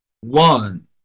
one